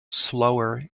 slower